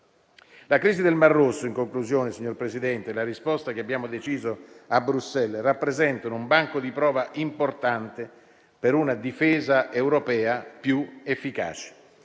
La crisi nel Mar Rosso e la risposta che abbiamo deciso a Bruxelles rappresentano un banco di prova importante per una difesa europea più efficace.